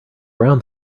around